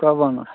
कब आना है